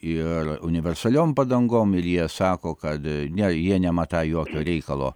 ir universaliom padangom ir jie sako kad ne jie nematą jokio reikalo